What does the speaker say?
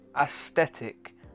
aesthetic